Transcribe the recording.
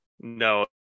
No